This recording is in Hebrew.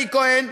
אלי כהן,